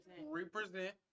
Represent